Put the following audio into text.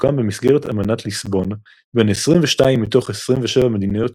שהוקם במסגרת אמנת ליסבון בין 22 מתוך 27 מדינות